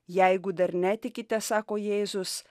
jeigu dar netikite sako jėzus